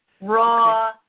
Raw